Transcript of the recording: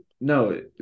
No